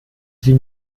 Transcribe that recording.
sie